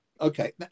Okay